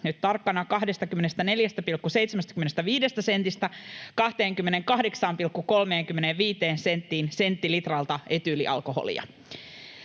nyt tarkkana — 24,75 sentistä 28,35 senttiin senttilitralta etyylialkoholia.